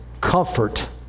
comfort